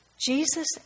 Jesus